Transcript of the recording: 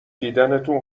دیدنتون